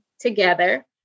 together